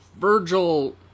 Virgil